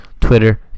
Twitter